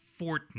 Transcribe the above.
Fortnite